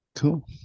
Cool